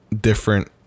different